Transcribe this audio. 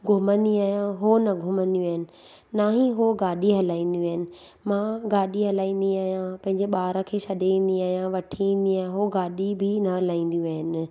घुमंदी आहियां उहो न घुमंदियूं आहिनि न ई उहो गाॾी हलाईंदियूं आहिनि मां गाॾी हलाईंदी आहियां पंहिंजे ॿारु खे छॾे ईंदी आहिंयां वठी ईंदी आहियां उहो गाॾी बि न हलाईंदियूं आहिनि